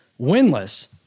winless